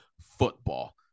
football